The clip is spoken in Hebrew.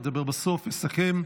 ידבר בסוף ויסכם,